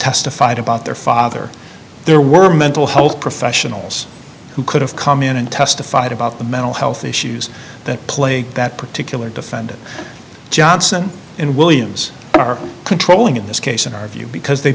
testified about their father there were mental health professionals who could have come in and testified about the mental health issues that plague that particular defendant johnson in williams controlling in this case in our view because they